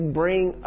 bring